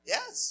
Yes